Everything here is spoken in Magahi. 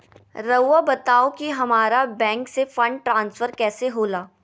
राउआ बताओ कि हामारा बैंक से फंड ट्रांसफर कैसे होला?